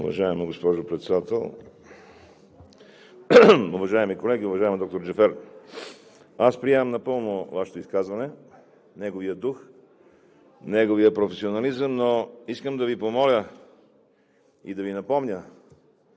Уважаема госпожо Председател, уважаеми колеги! Уважаема доктор Джафер, аз приемам напълно Вашето изказване – неговия дух, неговия професионализъм. Но искам да Ви помоля и да Ви напомня